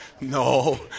No